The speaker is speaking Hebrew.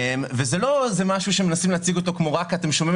זה לא דבר שמנסים להציג אותו באופן: אתם שומעים